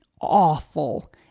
awful